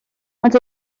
ond